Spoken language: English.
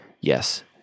Yes